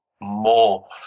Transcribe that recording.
More